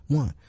one